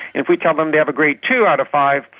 if we tell them they have a grade two out of five,